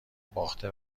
باخته